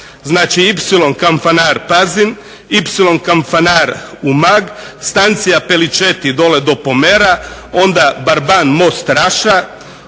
Ipsilon-Kampanar-Pazin, Ipsilon-Kampanar-Umag, Stancija-Peliceti-dole do Pomera, onda Barban-most Raša,